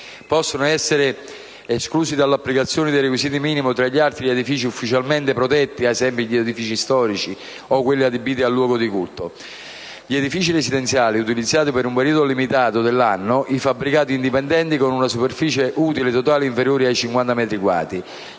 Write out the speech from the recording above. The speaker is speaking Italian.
Possono essere esclusi dall'applicazione dei requisiti minimi, tra gli altri, gli edifici ufficialmente protetti (ad esempio, gli edifici storici) e quelli adibiti a luoghi di culto; gli edifici residenziali utilizzati per un periodo limitato dell'anno; i fabbricati indipendenti con una superficie utile totale inferiore a 50 metri quadri;